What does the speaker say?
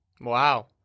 Wow